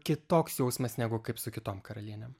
kitoks jausmas negu kaip su kitom karalienėm